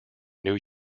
new